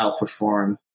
outperform